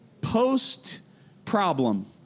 post-problem